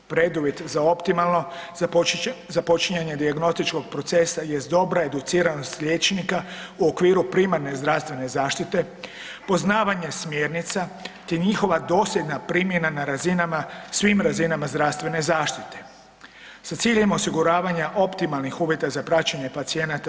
Preduvjet za optimalno započinjanje dijagnostičkog procesa jest dobra educiranost liječnika u okviru primarne zdravstvene zaštite, poznavanje smjernica te njihova dosljedna primjena na svim razinama zdravstvene zaštite sa ciljem osiguravanja optimalnih uvjeta za praćenje pacijenata.